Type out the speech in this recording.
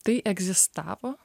tai egzistavo